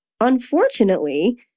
unfortunately—